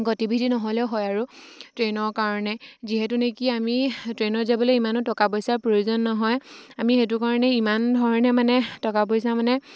গতিবিধি নহ'লে হয় আৰু ট্ৰেইনৰ কাৰণে যিহেতু নেকি আমি ট্ৰেইনত যাবলৈ ইমানো টকা পইচাৰ প্ৰয়োজন নহয় আমি সেইটো কাৰণে ইমান ধৰণে মানে টকা পইচা মানে